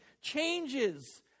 changes